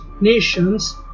Nations